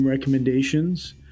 recommendations